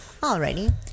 Alrighty